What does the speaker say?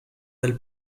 del